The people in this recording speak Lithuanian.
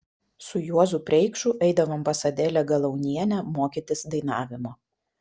su juozu preikšu eidavom pas adelę galaunienę mokytis dainavimo